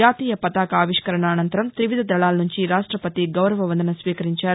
జాతీయ పతాక ఆవిష్కరణానంతరం తివిధ దళాల సుంచి రాష్లపతి గౌరవ వందనం స్వీకరించారు